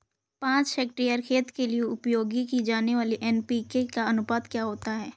पाँच हेक्टेयर खेत के लिए उपयोग की जाने वाली एन.पी.के का अनुपात क्या होता है?